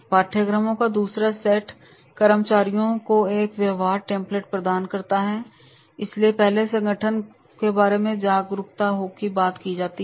पाठ्यक्रमों का दूसरा सेट कर्मचारियों को एक व्यवहार टेम्पलेट प्रदान करता है इसलिए पहले संगठन के बारे में जागरूकता की बात आती है